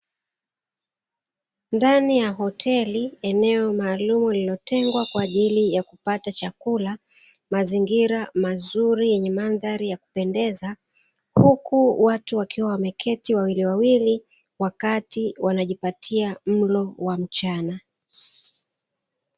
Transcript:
Ndani ya hoteli eneo maalumu lililotengwa awa ajili ya kupata chakula, mazingira mazuri yenye mandhari ya kupendeza huku watu wakiwa wameketi wawiliwawili wakati wanajipatia mlo wa mchana.